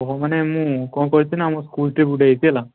ହଁ ମାନେ ମୁଁ କ'ଣ କହୁଛି ନା ଆମ ସ୍କୁଲ୍ ଟୁର୍ ଗୋଟେ ହୋଇଛି ହେଲା